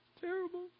terrible